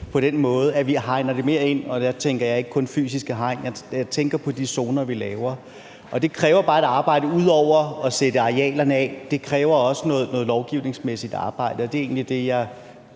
på den måde, at vi hegner det mere ind, og der tænker jeg ikke kun på fysiske hegn, jeg tænker på de zoner, vi laver. Det kræver bare et arbejde ud over at sætte arealerne af. Det kræver også noget lovgivningsmæssigt arbejde, og det er egentlig det, jeg